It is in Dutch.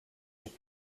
een